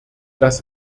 das